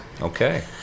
okay